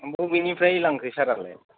बबेनिफ्राय लांखो सारालाय